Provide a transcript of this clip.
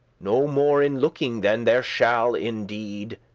no more in looking than there shall in deed.